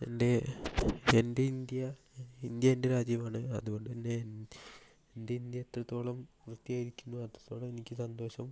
എൻ്റെ എൻ്റെ India India എൻ്റെ രാജ്യമാണ് അതുകൊണ്ടുതന്നെ എൻ്റെ ഇന്ത്യ എത്രത്തോളം വൃത്തിയായിരിക്കുന്നുവോ അത്രത്തോളം എനിക്ക് സന്തോഷം